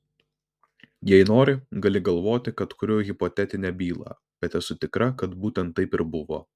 jei nori gali galvoti kad kuriu hipotetinę bylą bet esu tikra kad būtent taip ir buvo